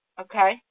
okay